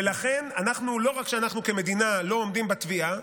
ולכן, לא רק שאנחנו כמדינה לא עומדים בתביעה,